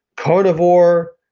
carnivore,